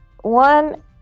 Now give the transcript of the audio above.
One